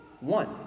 one